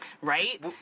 Right